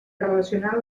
relacionant